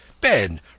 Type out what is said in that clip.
Ben